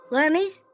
Wormies